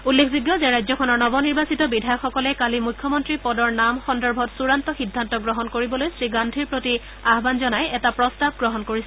উল্লেখযোগ্য যে ৰাজ্যখনৰ নৱ নিৰ্বাচিত বিধায়কসকলে কালি মুখ্যমন্ত্ৰী পদৰ নাম সন্দৰ্ভত চূড়ান্ত সিদ্ধান্ত গ্ৰহণ কৰিবলৈ শ্ৰীগান্ধীৰ প্ৰতি আহান জনাই এটা প্ৰস্তাৱ গ্ৰহণ কৰিছিল